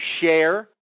share